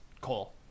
Cole